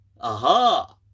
aha